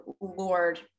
Lord